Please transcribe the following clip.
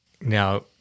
Now